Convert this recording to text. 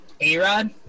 A-Rod